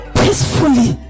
peacefully